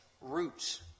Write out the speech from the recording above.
roots